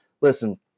listen